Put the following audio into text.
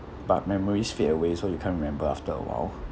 but memory fades away so you can't remember after awhile